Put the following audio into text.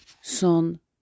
son